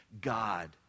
god